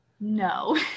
No